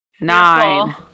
Nine